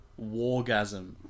Wargasm